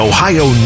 Ohio